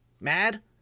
mad